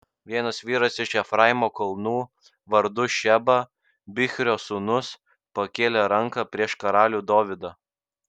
vienas vyras iš efraimo kalnų vardu šeba bichrio sūnus pakėlė ranką prieš karalių dovydą